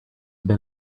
have